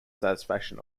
satisfaction